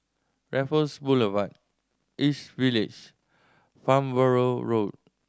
Raffles Boulevard East Village Farnborough Road